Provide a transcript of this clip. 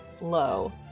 low